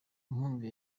inkunga